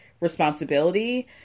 responsibility